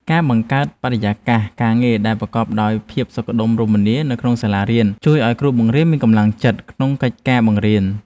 ការបង្កើតបរិយាកាសការងារដែលប្រកបដោយភាពសុខដុមរមនានៅក្នុងសាលារៀនជួយឱ្យគ្រូបង្រៀនមានកម្លាំងចិត្តក្នុងកិច្ចការបង្រៀន។